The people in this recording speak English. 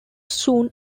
soon